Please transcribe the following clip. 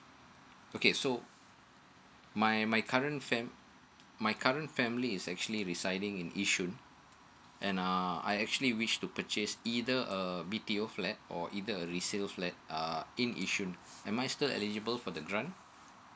okay so my my current fame my current family is actually residing in yishun and um I actually wish to purchase either a b t o flat or either a resale flat uh in yishun am i still eligible for the grant